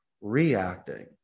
reacting